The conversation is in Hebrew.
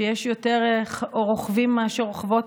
שיש יותר רוכבים מאשר רוכבות,